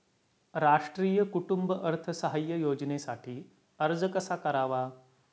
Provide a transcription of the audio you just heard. राष्ट्रीय कुटुंब अर्थसहाय्य योजनेसाठी अर्ज कसा करावा?